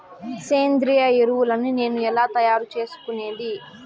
సేంద్రియ ఎరువులని నేను ఎలా తయారు చేసుకునేది?